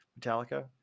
Metallica